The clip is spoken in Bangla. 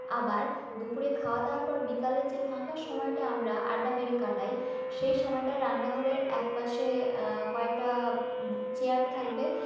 আবার দুপুরে খাওয়া দাওয়ার পর বিকালের যে ফাঁকা সময়টা আমরা আড্ডা মেরে কাটাই সেই সময়টা রান্নাঘরের এক পাশে কয়েকটা চেয়ার থাকবে